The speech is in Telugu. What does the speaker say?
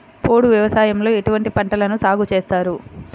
పోడు వ్యవసాయంలో ఎటువంటి పంటలను సాగుచేస్తారు?